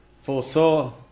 foresaw